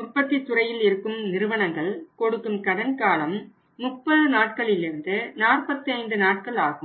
உற்பத்தி துறையில் இருக்கும் நிறுவனங்கள் கொடுக்கும் கடன் காலம் 30 நாட்களிலிருந்து 45 நாட்கள் ஆகும்